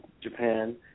Japan